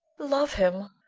love him?